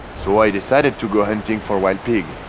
so i decided to go hunting for wild pig.